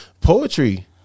poetry